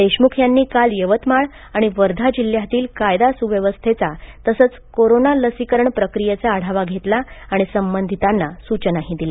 देशमुख यांनी काल यवतमाळ आणि वर्धा जिल्ह्यातील कायदा व्यवस्थेचा तसेच कोरोना लसीकरण प्रक्रियेचा आढावा घेतला आणि संबंधितांना सूचनाही दिल्या